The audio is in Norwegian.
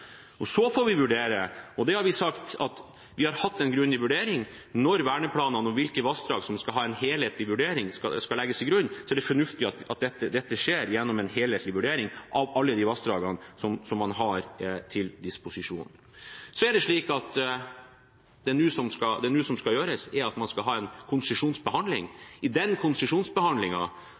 Vi har sagt at vi har hatt en grundig vurdering. Når verneplanene og hvilke vassdrag som skal ha en helhetlig vurdering, skal legges til grunn, er det fornuftig at dette skjer gjennom en helthetlig vurdering av alle de vassdragene som man har til disposisjon. Det som skal gjøres nå, er at man skal ha en konsesjonsbehandling. I den konsesjonsbehandlingen skal man ta vare på verdiene på en best mulig måte, slik at hvis man eventuelt gir konsesjon, gjør man det på en